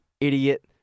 idiot